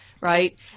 right